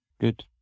good